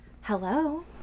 Hello